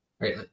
Right